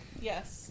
yes